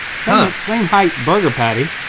huh. same height burger patty.